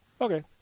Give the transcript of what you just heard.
okay